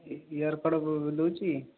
ଇ ear cord ଦେଉଛି